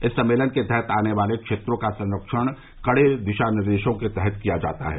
इस सम्मेलन के तहत आने वाले क्षेत्रों का संरक्षण कड़े दिशा निर्दशों के तहत किया जाता है